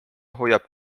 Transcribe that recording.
hoiab